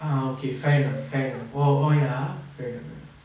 ah okay fine ah fair ah oh oh ya ah fair enough